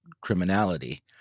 criminality